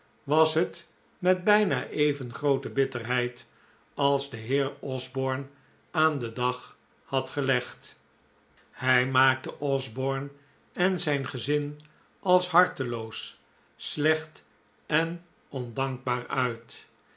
was het met bijna even groote bitterheid als de heer osborne aan den dag had gelegd hij maakte osborne en zijn gezin als harteloos slecht en ondankbaar uit